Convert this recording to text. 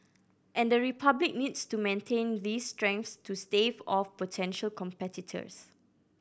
and the Republic needs to maintain these strengths to stave off potential competitors